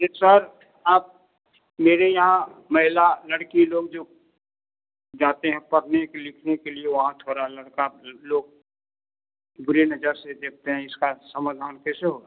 जी sir आप मेरे यहाँ महिला लड़की लोग जो जाते हैं पढ़ने लिखने के लिए वहाँ थोड़ा लड़का लोग बुरी नज़र से देखते हैं इसका समाधान कैसे होगा